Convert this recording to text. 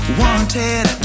wanted